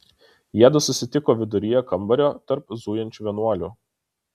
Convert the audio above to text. jiedu susitiko viduryje kambario tarp zujančių vienuolių